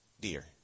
dear